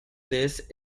this